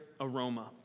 aroma